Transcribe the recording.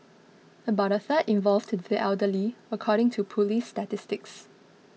about a third involved the elderly according to police statistics